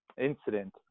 incident